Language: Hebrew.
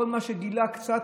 כל מה שגילה קצת,